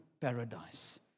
paradise